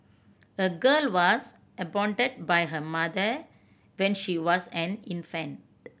a girl was abandoned by her mother when she was an infant